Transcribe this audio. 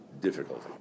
difficulty